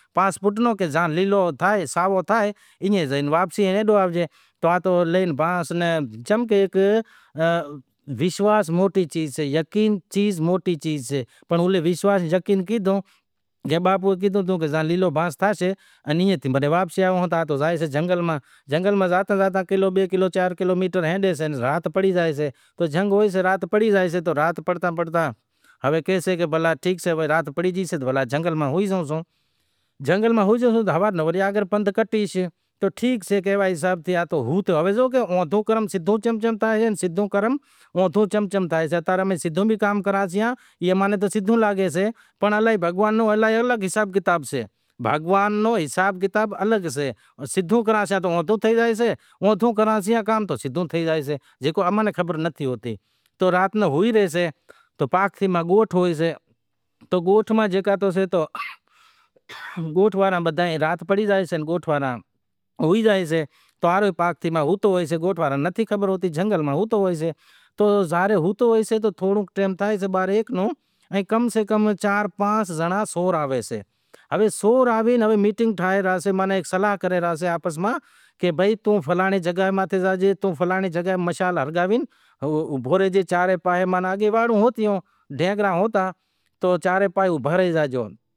ایشور پرماتما نیں ایوے نمونے آرادھنا کرے ہمارا تہوار شروع تھے گیا شئے۔ میڑو اماں میں جیکو شروعات میڑو جیکو تھیو شئے او راماپیر رو شروعات تھیو شئے، ایئا ناں سیڑے پسے میڑا لاگوا شروع تھے گیا کو کنبھ رو میڑو شئہ کو شیو شنکر رو سئے پسے آہستے آہستے میڑا لاگوا شروع تھی گیا، ایمے تھی پرماتما کرپا کری جیکو بھی سئے ریت رسم سئے بلکہ امیں پاکستاں میں تہوار جیکو بھی مناواں سئے دھام دھوم سیں مناواں، تہوار امیں دھام دھوم سیں مناواں سی تو لیٹ تو ام کنے زڑتی ئے نتھی، لیٹ تو جہڑوکر بارہا کلاک ہوشے تو بارہ کلاک نتھی ہوشے، تو ئے جنیٹر، کرایے پر لائے بتیوں بنتیوں لگائے تو ئی بھی امیں تہوار خوشی تے مناواں سیئاں۔